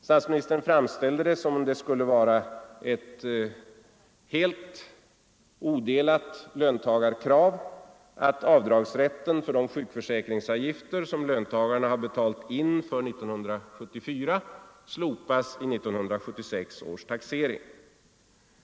Statsministern framställde det som om det skulle vara ett helt odelat löntagarkrav att avdragsrätten för de sjukförsäkringsavgifter som löntagarna har betalat in för 1974 slopas i 1976 års taxering.